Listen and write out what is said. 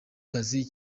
kazi